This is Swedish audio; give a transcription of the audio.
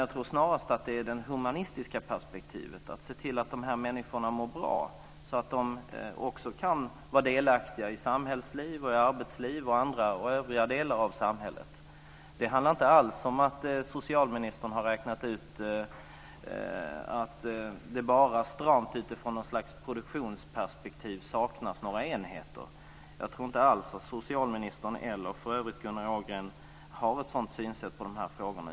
Jag tror snarast att de har det humanistiska perspektivet, att se till att de här människorna mår bra så att de också kan vara delaktiga i samhällsliv, arbetsliv och övriga delar av samhället. Det handlar inte alls om att socialministern har räknat ut att det utifrån något slags stramt produktionsperspektiv saknas några enheter. Jag tror inte alls att socialministern, eller för övrigt Gunnar Ågren, har ett sådant synsätt på de här frågorna.